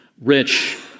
rich